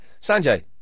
Sanjay